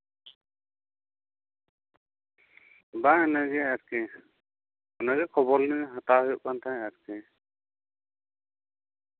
ᱵᱟᱝ ᱚᱱᱟᱜᱮ ᱟᱨᱠᱤ ᱱᱚᱸᱰᱮ ᱠᱷᱚᱵᱚᱨ ᱜᱮ ᱦᱟᱛᱟᱣ ᱦᱩᱭᱩᱜ ᱠᱟᱱ ᱛᱟᱦᱮᱸᱜ ᱟᱨᱠᱤ